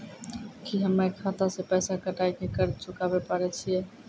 की हम्मय खाता से पैसा कटाई के कर्ज चुकाबै पारे छियै?